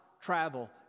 travel